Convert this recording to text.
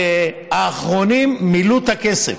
האחרונים מילאו את הכסף,